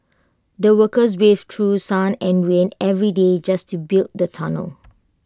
the workers braved through sun and rain every day just to build the tunnel